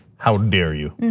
how dare you?